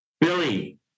Billy